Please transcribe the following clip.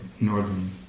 northern